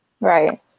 Right